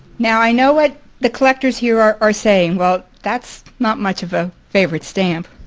now i know what the collectors here are are saying. well that's not much of a favorite stamp.